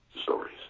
stories